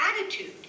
attitude